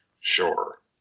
Sure